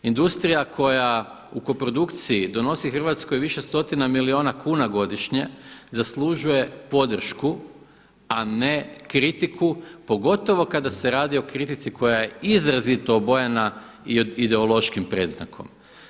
Industrija koja u koprodukciji donosi Hrvatskoj više stotina milijuna godišnje zaslužuje podršku a ne kritiku pogotovo kada se radi o kritici koja je izrazito obojana ideološkim predznakom.